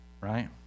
right